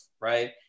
right